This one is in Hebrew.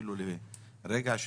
אפילו לרגע,